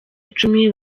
icumi